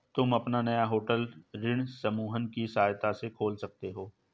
तुम अपना नया होटल ऋण समूहन की सहायता से खोल सकते हो